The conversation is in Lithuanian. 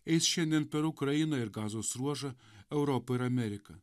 eis šiandien per ukrainą ir gazos ruožą europą ir ameriką